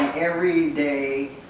every day,